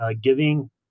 giving